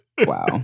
Wow